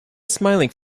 smiling